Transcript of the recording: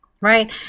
Right